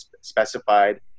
specified